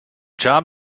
job